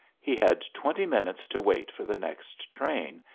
he had twenty minutes to wait for the next train,